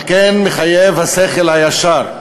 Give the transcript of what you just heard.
על כן, מחייב השכל הישר,